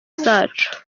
zacu